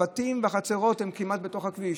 הבתים והחצרות הם כמעט בתוך הכביש.